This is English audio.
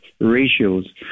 ratios